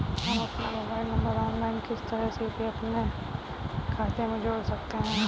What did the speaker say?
हम अपना mobile number online किस तरह सीधे अपने खाते में जोड़ सकते हैं?